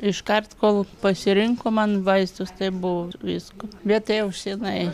iškart kol pasirinko man vaistus tai buvo visko bet tai jau senai